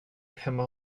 hemma